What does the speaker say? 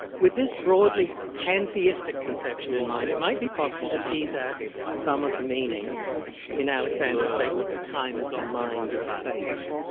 with this broadly pantheistic conception in mind, it might be possible to tease out some of the meaning in alexander's statement that time is the mind of space.